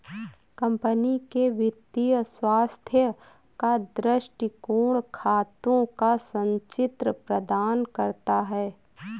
company के वित्तीय स्वास्थ्य का दृष्टिकोण खातों का संचित्र प्रदान करता है